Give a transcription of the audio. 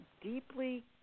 deeply